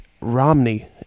Romney